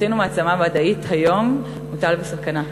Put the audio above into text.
הוא אחד החוקרים.